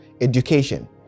education